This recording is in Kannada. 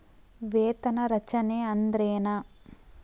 ವೇತನ ರಚನೆ ಅಂದ್ರೆನ?